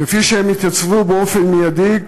כפי שהם התייצבו באופן מיידי,